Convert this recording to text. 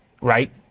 right